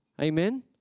Amen